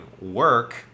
work